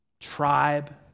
tribe